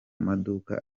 maduka